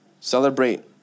Celebrate